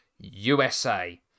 usa